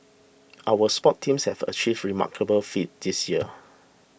our sports teams have achieved remarkable feats this year